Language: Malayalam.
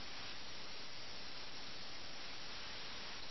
അതുകൊണ്ട് തന്നെ ശ്രദ്ധിക്കേണ്ടതായ പലതരം ധീരത ഇവിടെയുണ്ട്